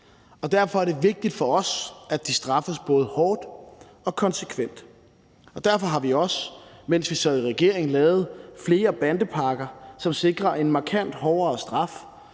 Derfor er det vigtigt for os, at de straffes både hårdt og konsekvent. Derfor har vi også, mens vi sad i regering, lavet flere bandepakker, som sikrer en markant hårdere straf